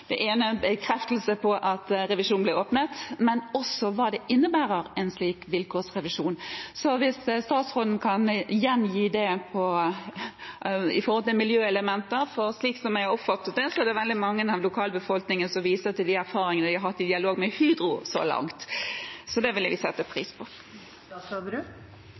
en bekreftelse av at revisjonen blir åpnet, men også om hva en slik vilkårsrevisjon innebærer. Kan statsråden gjengi det som gjelder miljøelementer? For slik jeg har oppfattet det, er det veldig mange i lokalbefolkningen som viser til de erfaringene de har hatt i dialog med Hydro så langt. – Det ville jeg sette pris på.